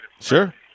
Sure